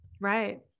Right